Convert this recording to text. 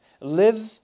live